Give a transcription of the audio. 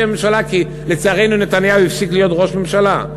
ממשלה" כי לצערנו נתניהו הפסיק להיות ראש ממשלה,